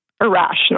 irrational